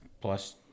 plus